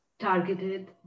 targeted